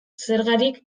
zergarik